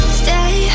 stay